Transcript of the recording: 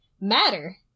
Matter